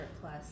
plus